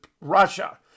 Russia